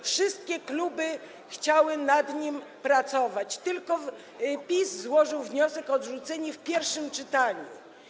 Wszystkie kluby chciały nad nim pracować, tylko PiS złożył wniosek o odrzucenie w pierwszym czytaniu.